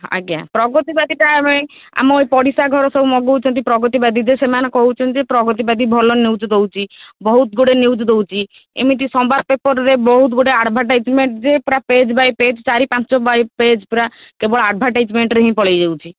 ଆଜ୍ଞା ପ୍ରଗଦିବାଦୀଟା ଆମ ଏଇ ପଡ଼ିଶା ଘର ସବୁ ମଗାଉଛନ୍ତି ପ୍ରଗତିବାତୀ ଯେ ସେମାନେ କହୁଛନ୍ତି ଯେ ପ୍ରଗତିବାତୀ ଭଲ ନିୟୁଜ୍ ଦେଉଛି ବହୁତ ଗୁଡ଼େ ନିୟୁଜ୍ ଦେଉଛି ଏମିତି ସମ୍ୱାଦ ପେପରରେ ବହୁତ ଗୁଡ଼ାଏ ଆଡ଼ଭଟାଇଜମେଣ୍ଟ ଯେ ପୁରା ପେଜ୍ ବାଇ ପେଜ୍ ଚାରି ପାଞ୍ଚ ବାଇ ପେଜ୍ ପୁରା କେବଳ ଆଡ଼ଭଟାଇଜମେଣ୍ଟ ହିଁ ପଳେଇ ଯାଉଛି